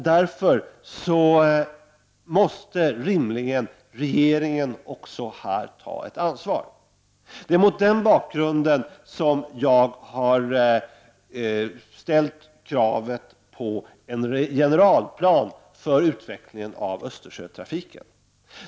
Därför måste regeringen rimligen här ta ett ansvar. Det är mot denna bakgrund jag har ställt kravet på en generalplan för utvecklingen av Östersjötrafiken.